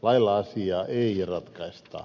lailla asiaa ei ratkaista